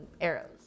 arrows